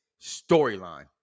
storyline